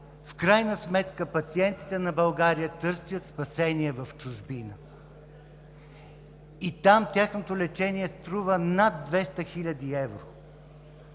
в крайна сметка пациентите на България търсят спасение в чужбина и там тяхното лечение струва над 200 хил. евро!